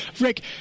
Rick